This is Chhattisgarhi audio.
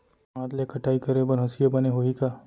हाथ ले कटाई करे बर हसिया बने होही का?